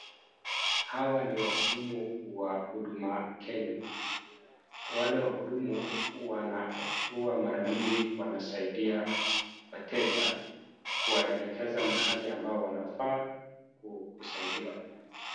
Hawa ni wahudumu wa Huduma Kenya. Wale wahudumu wanakuwa mara mingi wanasaidia wateja kuwaelekeza mahali ambao wanafaa kusaidiwa.